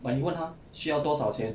but 你问他需要多少钱